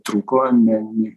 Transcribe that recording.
truko ne